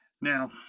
Now